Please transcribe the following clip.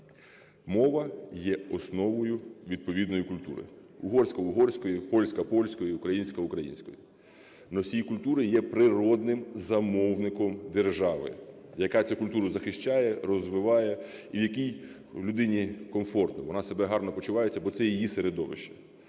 Мова є основою відповідної культури: угорська – угорської, польська – польської, українська – української. Носій культури є природним замовником держави, яка цю культуру захищає, розвиває і в якій людині комфортно, вона себе гарно почуває, бо це її середовище.